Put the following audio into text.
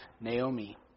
Naomi